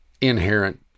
inherent